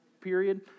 period